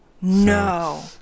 No